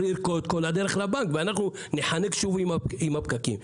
ואנחנו ניחנק שוב עם הפקקים.